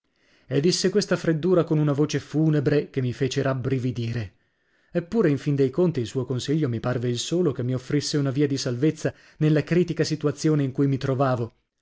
e disse questa freddura con una voce funebre che mi fece rabbrividire eppure in fin dei conti il suo consiglio mi parve il solo che mi offrisse una via di salvezza nella critica situazione in cui mi trovavo